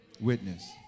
witness